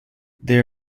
there